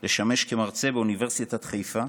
לשמש כמרצה באוניברסיטת חיפה